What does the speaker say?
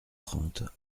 trente